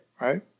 right